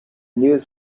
news